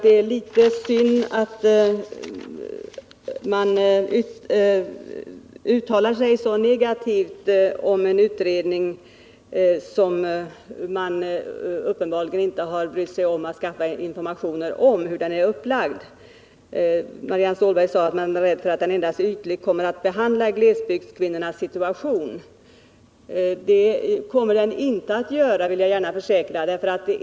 Det är litet synd att man uttalar sig så negativt om denna utredning, uppenbarligen utan att man ansträngt sig för att skaffa informationer om dess uppläggning. Marianne Stålberg sade att man är rädd för att denna utredning endast ytligt kommer att behandla glesbygdskvinnornas situation. Jag vill försäkra att den inte kommer att göra det.